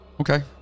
Okay